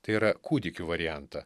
tai yra kūdikių variantą